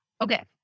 okay